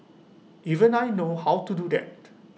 even I know how to do that